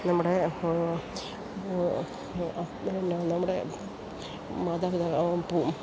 നമ്മുടെ എന്നാ നമ്മുടെ മാതാപിതാക്കൾ പൂ